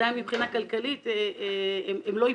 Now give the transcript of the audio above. עדיין מבחינה כלכלית הם לא יפגעו.